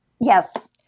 Yes